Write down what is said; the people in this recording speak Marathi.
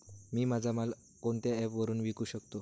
मी माझा माल कोणत्या ॲप वरुन विकू शकतो?